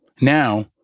Now